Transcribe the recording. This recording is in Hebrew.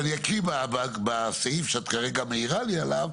בסעיף שאת כרגע מעירה לי עליו,